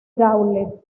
gaulle